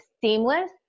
seamless